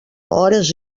hores